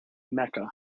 mecca